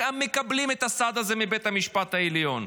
מקבלים את הסעד הזה מבית המשפט העליון.